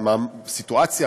בסיטואציה,